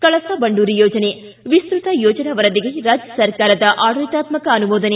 ಕಳಸಾ ಬಂಡೂರಿ ಯೋಜನೆ ವಿಸ್ತತ ಯೋಜನಾ ವರದಿಗೆ ರಾಜ್ಜಸರ್ಕಾರದ ಆಡಳಿತಾತ್ಕಕ ಅನುಮೋದನೆ